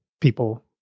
people